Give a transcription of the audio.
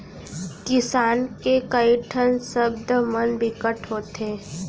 किसान के कइ ठन सब्द मन बिकट होथे